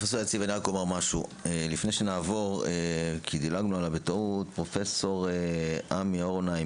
לפני שנעבור דילגנו בטעות על עמי אהרונהיים,